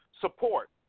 Support